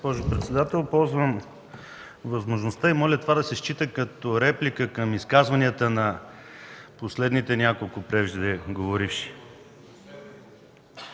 Използвам възможността и моля това да се счита като реплика към изказванията на последните преждеговоривши.